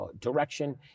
direction